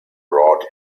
brought